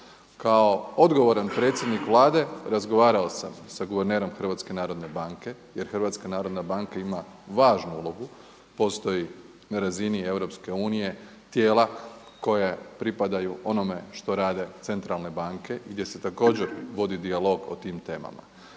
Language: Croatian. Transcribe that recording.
Kao odgovoran predsjednik Vlade razgovarao sam sa guvernerom HNB-a jer HNB ima važnu ulogu. Postoji na razini EU tijela koja pripadaju onome što rade centralne banke i gdje se također vodi dijalog o tim temama.